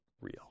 real